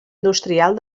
industrial